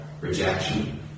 rejection